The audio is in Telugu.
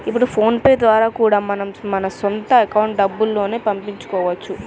ఇప్పుడు ఫోన్ పే ద్వారా కూడా మన సొంత అకౌంట్లకి డబ్బుల్ని పంపించుకోవచ్చు